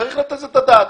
צריך לתת על זה את הדעת.